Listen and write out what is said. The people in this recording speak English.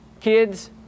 kids